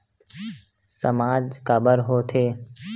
सामाज काबर हो थे?